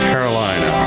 Carolina